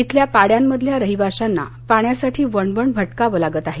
इथल्या पाङ्यांमधल्या रहिवाश्यांना पाण्यासाठी वणवण भटकावं लागत आहे